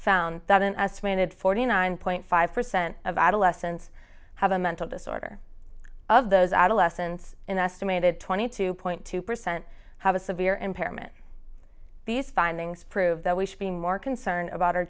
found that an estimated forty nine point five percent of adolescents have a mental disorder of those adolescents in the estimated twenty two point two percent have a severe impairment these findings prove that we should be more concerned about our